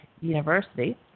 University